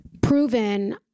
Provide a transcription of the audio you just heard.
proven